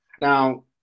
Now